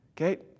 Okay